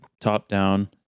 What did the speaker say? top-down